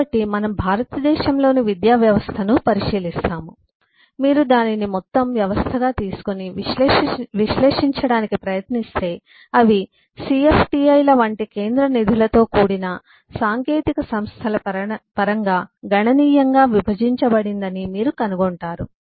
కాబట్టి మనం భారతదేశంలోని విద్యావ్యవస్థను పరిశీలిస్తాము మీరు దానిని మొత్తం వ్యవస్థగా తీసుకొని విశ్లేషించడానికి ప్రయత్నిస్తే అవి సిఎఫ్టిఐల వంటి కేంద్ర నిధులతో కూడిన సాంకేతిక సంస్థల పరంగా గణనీయంగా విభజించబడిందని మీరు కనుగొంటారు